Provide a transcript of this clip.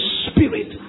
spirit